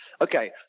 Okay